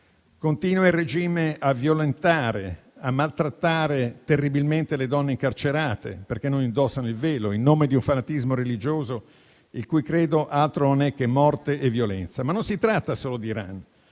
continua a violentare e a maltrattare terribilmente le donne incarcerate perché non indossano il velo, in nome di un fanatismo religioso il cui credo altro non è che morte e violenza. Ma non si tratta solo di Iran.